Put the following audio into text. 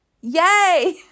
Yay